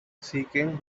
seeking